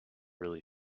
really